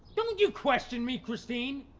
don't you question me, christine.